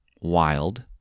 Wild